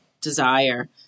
desire